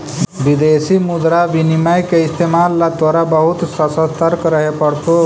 विदेशी मुद्रा विनिमय के इस्तेमाल ला तोहरा बहुत ससतर्क रहे पड़तो